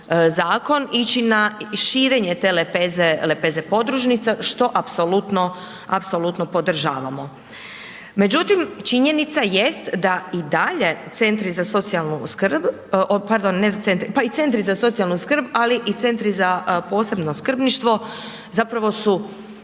zakon ići na širenje te lepeze podružnica, što apsolutno podržavamo. Međutim, činjenica jest da i dalje centri za socijalnu skrb, pardon, pa i centri za socijalnu skrb, ali i